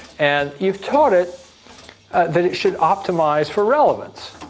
and you've taught it that it should optimize for relevance.